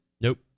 nope